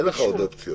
אין לך עוד אופציות.